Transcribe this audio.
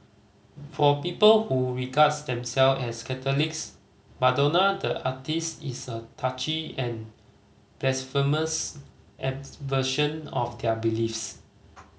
for people who regard themselves as Catholics Madonna the artiste is a touchy and blasphemous of their beliefs